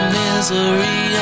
misery